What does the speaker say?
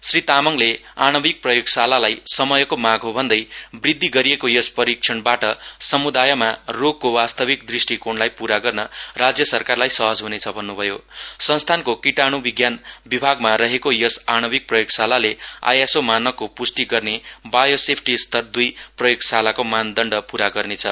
श्री तामाङले आणविक प्रयोगशालालाई समयको माग हो भन्दै वृद्धि गरिएको यस परिक्षणबाट समुदायमा रोगको वास्ताविक दृष्टिकोणलाई पूरा गर्न राज्य सरकारलाई सहज हुनेछ भन्नुभयो संस्थानको कीटाणु विज्ञान विभागमा रहेको यस आणविक प्रयोगशालाले आईएसओ मानकको पुष्टि गर्ने बायोसेफ्टि स्तर दुई प्रयोगशालाको मानदण्ड पूरा गर्नेछ